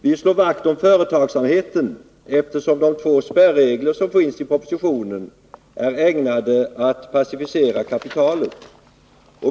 Vi slår vakt om företagsamheten, eftersom de två spärregler som finns i propositionen är ägnade att passivera kapitalet.